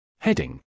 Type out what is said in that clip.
Heading